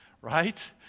right